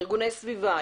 ארגוני סביבה,